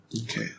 Okay